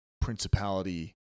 principality